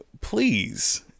please